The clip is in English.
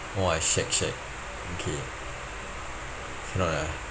!wah! shag shag okay cannot ah